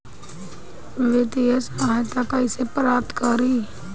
वित्तीय सहायता कइसे प्राप्त करी?